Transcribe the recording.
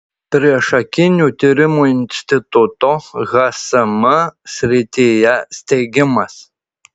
priešakinių tyrimų instituto hsm srityje steigimas